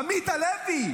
עמית הלוי,